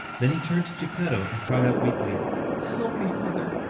then he turned to geppetto and cried out weakly help me, father!